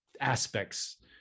aspects